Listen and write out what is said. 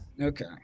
Okay